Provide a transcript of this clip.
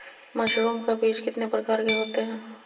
Mushroom का बीज कितने प्रकार के होते है?